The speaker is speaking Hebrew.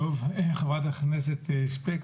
חברת הכנסת שפק,